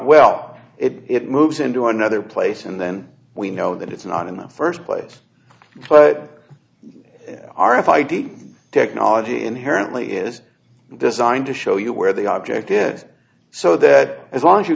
well it moves into another place and then we know that it's not in the first place but our if i did technology inherently is designed to show you where the object is so that as long as you